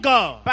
God